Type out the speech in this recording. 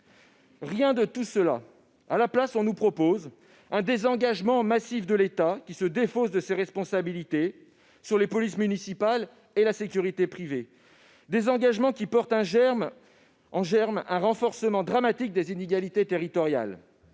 Rien de tout cela ! À la place, on nous propose un désengagement massif de l'État, qui se défausse de ses responsabilités sur les polices municipales et la sécurité privée, désengagement qui porte en germe un renforcement dramatique des inégalités territoriales,